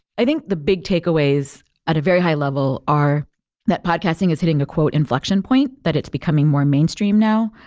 i think the big takeaways at a very high level are that podcasting is hitting ah the inflection point that it's becoming more mainstream now.